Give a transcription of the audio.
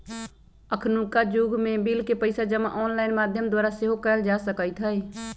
अखुन्का जुग में बिल के पइसा जमा ऑनलाइन माध्यम द्वारा सेहो कयल जा सकइत हइ